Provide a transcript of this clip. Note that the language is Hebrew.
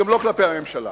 גם לא כלפי הממשלה.